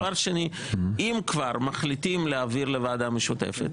דבר שני, אם כבר מחליטים להעביר לוועדה משותפת